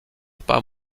pas